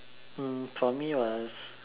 um for me was